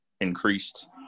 increased